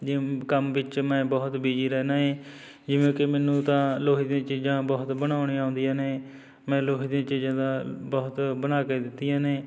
ਜਿਵ ਕੰਮ ਵਿੱਚ ਮੈਂ ਬਹੁਤ ਬਿਜ਼ੀ ਰਹਿੰਦਾ ਹੈ ਜਿਵੇਂ ਕਿ ਮੈਨੂੰ ਤਾਂ ਲੋਹੇ ਦੀਆਂ ਚੀਜ਼ਾਂ ਬਹੁਤ ਬਣਾਉਣੀਆਂ ਆਉਂਦੀਆਂ ਨੇ ਮੈਂ ਲੋਹੇ ਦੀਆਂ ਚੀਜ਼ਾਂ ਦਾ ਬਹੁਤ ਬਣਾ ਕੇ ਦਿੱਤੀਆਂ ਨੇ